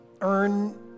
earn